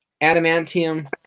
adamantium